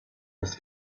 das